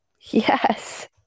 Yes